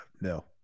no